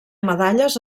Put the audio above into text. medalles